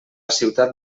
ciutat